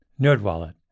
NerdWallet